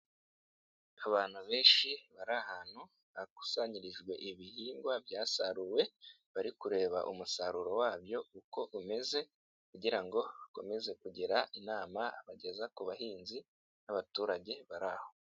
Abantu benshi bari ahantu hakusanyirijwe ibihingwa byasaruwe, bari kureba umusaruro wabyo uko umeze kugira ngo bakomeze kugira inama abageza ku bahinzi n'abaturage bari aho.